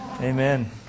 Amen